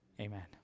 Amen